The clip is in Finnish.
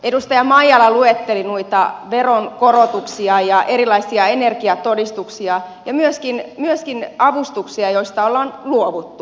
edustaja maijala luetteli veronkorotuksia ja erilaisia energiatodistuksia ja myöskin avustuksia joista ollaan luovuttu